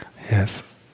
Yes